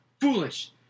Foolish